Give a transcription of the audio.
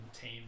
team